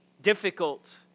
Difficult